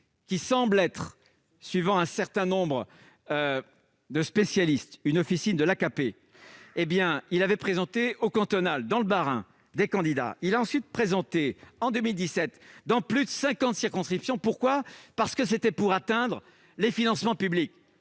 qui semble être, selon un certain nombre de spécialistes, une officine de l'AKP, avait présenté aux cantonales, dans le Bas-Rhin, des candidats. Il en a ensuite présenté, en 2017, dans plus de cinquante circonscriptions. Pourquoi ? Tout simplement pour bénéficier des financements publics